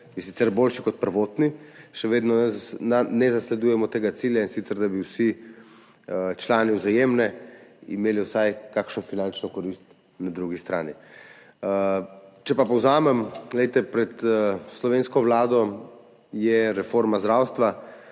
je sicer boljši kot prvotni, še vedno ne zasledujemo tega cilja, in sicer da bi vsi člani Vzajemne imeli vsaj kakšno finančno korist na drugi strani. Če pa povzamem, je pred slovensko vlado reforma zdravstva.